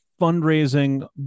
fundraising